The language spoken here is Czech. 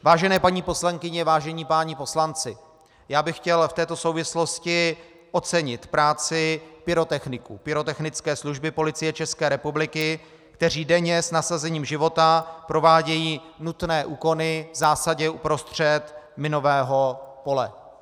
Vážené paní poslankyně, vážení páni poslanci, já bych chtěl v této souvislosti ocenit práci pyrotechniků, pyrotechnické služby Policie České republiky, kteří denně s nasazením života provádějí nutné úkony v zásadě uprostřed minového pole.